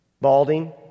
Balding